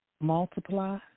multiply